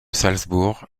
salzbourg